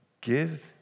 Give